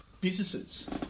businesses